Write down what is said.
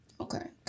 Okay